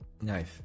Nice